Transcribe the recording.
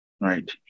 Right